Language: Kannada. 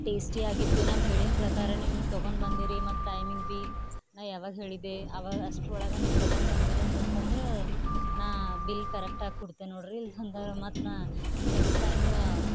ಟೇಸ್ಟಿ ಆಗಿತ್ತು ನಾವು ಹೇಳಿನ ಪ್ರಕಾರನೆ ನೀವು ತೊಗೊಂಡ್ ಬಂದೀರಿ ಮತ್ತು ಟೈಮಿಂಗ್ ಭೀ ನಾ ಯಾವಾಗ ಹೇಳಿದ್ದೆ ಅವಾಗ ಅಷ್ಟ್ರ ಒಳಗೆ ನೀವು ತಕೊಂಡ್ ಬಂದೀರಿ ಅಂತಂತಂದ್ರೆ ನಾ ಬಿಲ್ ಕರೆಕ್ಟ್ ಆಗಿ ಕೊಡ್ತೆನ್ ನೋಡಿರಿ ಇಲ್ದ್ಹಂಗಾರ ಮತ್ತು ನಾ ನೆಕ್ಸ್ಟ್ ಟೈಮ